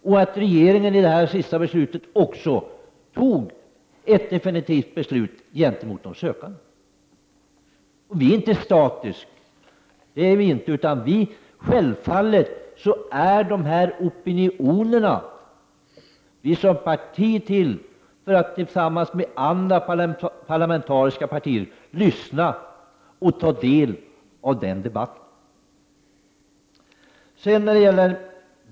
När det gäller det senaste beslutet fattade ju också regeringen ett definitivt beslut som gick emot de sökande. Vi är inte statiska. Självfallet lyssnar socialdemokraterna och andra parlamentariska partier till opinionerna och tar del av den debatt som förs.